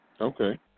Okay